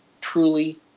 truly